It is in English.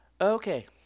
Okay